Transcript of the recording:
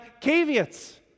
caveats